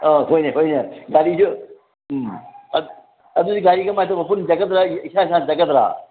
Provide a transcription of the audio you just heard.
ꯑꯧ ꯍꯣꯏꯅꯦ ꯍꯣꯏꯅꯦ ꯒꯥꯔꯤꯁꯨ ꯎꯝ ꯑꯗꯨꯗꯤ ꯒꯥꯔꯤ ꯀꯃꯥꯏ ꯇꯧꯕ ꯄꯨꯟꯅ ꯆꯠꯀꯗ꯭ꯔ ꯏꯁꯥ ꯏꯁꯥꯅ ꯆꯠꯀꯗ꯭ꯔ